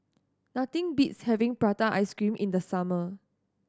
nothing beats having prata ice cream in the summer